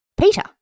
Peter